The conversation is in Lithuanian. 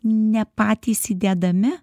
ne patys įdėdami